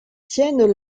tiennent